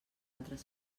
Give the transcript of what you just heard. altres